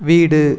வீடு